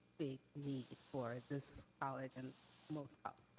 big need for it. this college, and most ah